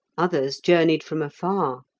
others journeyed from afar.